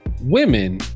women